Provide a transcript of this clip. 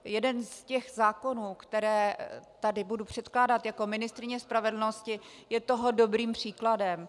Jeden z těch zákonů, které tady budu předkládat jako ministryně spravedlnosti, je toho dobrým příkladem.